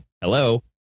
hello